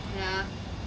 ya